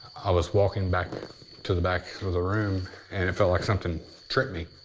i was walking back to the back of the room and it felt like something tripped me.